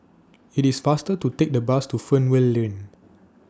IT IS faster to Take The Bus to Fernvale Lane